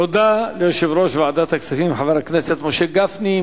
תודה ליושב-ראש ועדת הכספים, חבר הכנסת משה גפני.